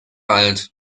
alt